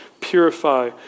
purify